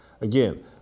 Again